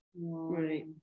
Right